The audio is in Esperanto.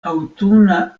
aŭtuna